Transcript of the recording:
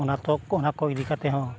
ᱚᱱᱟ ᱠᱚ ᱚᱱᱟ ᱠᱚ ᱤᱫᱤ ᱠᱟᱛᱮᱫ ᱦᱚᱸ